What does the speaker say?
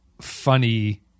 funny